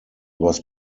was